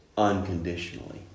unconditionally